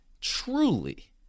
truly